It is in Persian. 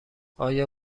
آیا